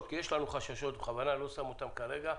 ויש לנו חששות שבכוונה אני לא שם אותן כרגע.